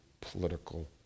political